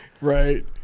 Right